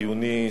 חיוני,